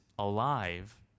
Alive